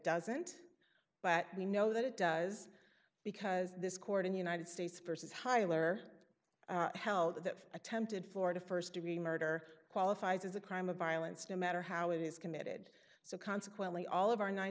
doesn't but we know that it does because this court in the united states versus heiler held that attempted florida st degree murder qualifies as a crime of violence no matter how it is committed so consequently all of our nine